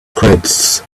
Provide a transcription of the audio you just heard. credits